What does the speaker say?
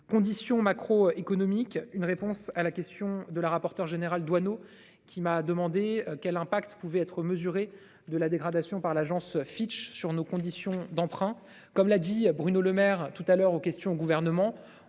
conditions macro- économique, une réponse à la question de la rapporteure générale Doineau qui m'a demandé quel impact pouvait être mesurée de la dégradation par l'agence Fitch sur nos conditions d'emprunt, comme l'a dit à Bruno Lemaire tout à l'heure aux questions au gouvernement.